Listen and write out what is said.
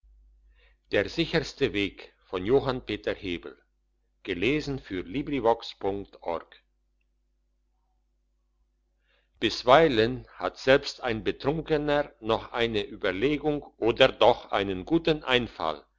der sicherste weg bisweilen hat selbst ein betrunkener noch eine überlegung oder doch einen guten einfall